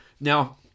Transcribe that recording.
Now